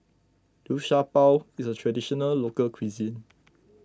Liu Sha Bao is a Traditional Local Cuisine